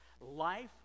life